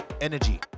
Energy